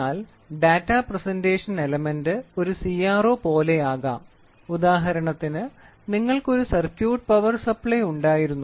അതിനാൽ data presentation element ഒരു CRO പോലെയാകാം ഉദാഹരണത്തിന് നിങ്ങൾക്ക് ഒരു സർക്യൂട്ട് പവർ സപ്ലൈ ഉണ്ടായിരുന്നു